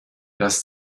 das